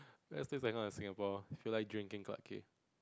ya still like no in Singapore feel like drinking Clarke-Quay